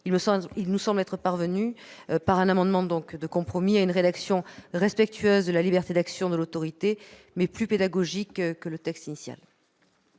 nous sommes parvenus, avec cet amendement de compromis, à une rédaction respectueuse de la liberté d'action de l'autorité, mais plus pédagogique que celle du texte initial.